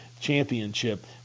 championship